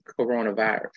coronavirus